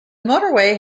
motorway